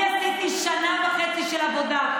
אני עשיתי שנה וחצי של עבודה.